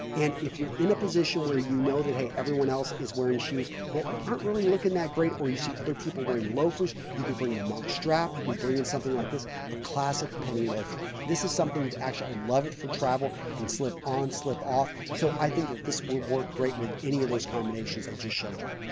and if you're in a position where you know that, hey, everyone else is wearing shoes that aren't really looking that great or you see other people wearing loafers, you could bring in a monk strap, you could bring in something like this a classic penny loafer. this is something that actually i love it for travel. you can slip on slip off. so, i think that this would work great with any of those combinations i just showed you.